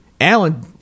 Alan